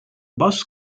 bus